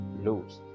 lose